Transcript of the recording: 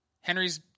Henry's